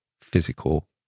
physical